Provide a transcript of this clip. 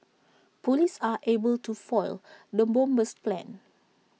Police are able to foil the bomber's plans